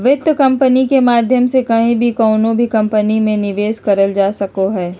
वित्त कम्पनी के माध्यम से कहीं भी कउनो भी कम्पनी मे निवेश करल जा सको हय